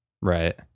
Right